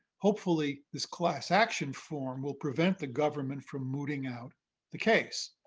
hopefully, this class action form will prevent the government from mooting out the case.